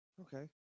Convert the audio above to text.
okay